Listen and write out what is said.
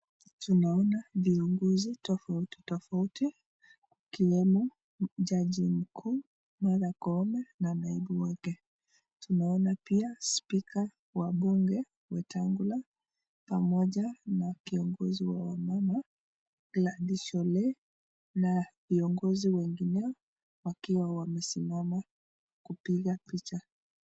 Tunaona viongozi tofauti tofauti akiwemo jaji mkuu Martha Koome na naibu wake. Tunaona pia speaker wa bunge, Wetangula pamoja na kiongozi wa wamama Gladys Sholei na viongozi wengineo wakiwa wamesimama kupiga picha.